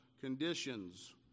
conditions